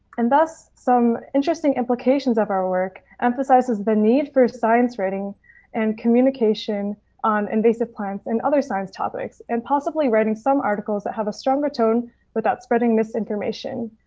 and thus some interesting implications of our work emphasizes the need for science rating and communication um invasive plants and other science topics and possibly writing articles that have a stronger tone without spreading misinformation.